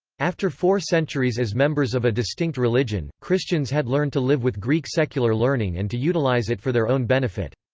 after four centuries as members of a distinct religion, christians had learned to live with greek secular learning and to utilize it for their own benefit.